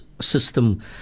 system